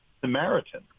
Samaritan